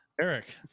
Eric